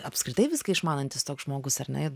apskritai viską išmanantis toks žmogus ar ne